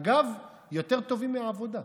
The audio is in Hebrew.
אגב, יותר טובים מהעבודה.